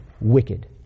wicked